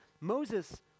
Moses